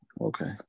Okay